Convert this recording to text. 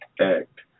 Act